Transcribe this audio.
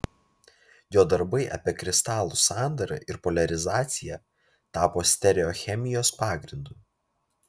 jo darbai apie kristalų sandarą ir poliarizaciją tapo stereochemijos pagrindu